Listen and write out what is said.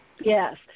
Yes